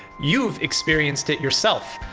you've experienced it yourself.